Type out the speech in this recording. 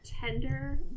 tender